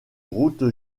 route